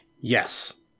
Yes